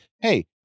hey